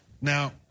Now